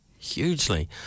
Hugely